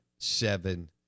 Seven